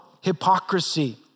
hypocrisy